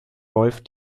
wolf